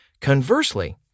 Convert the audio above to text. Conversely